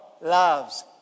loves